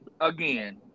again